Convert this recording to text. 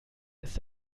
ist